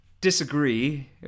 disagree